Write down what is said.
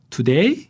Today